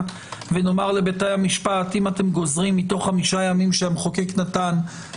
ונאמר לבית המשפט: אם אתם גוזרים מתוך חמישה ימים שהמחוקק נתן,